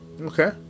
okay